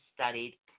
studied